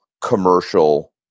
commercial